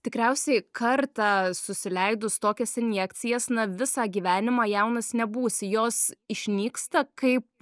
tikriausiai kartą susileidus tokias injekcijas na visą gyvenimą jaunas nebūsi jos išnyksta kaip